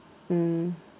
mm